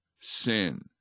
sin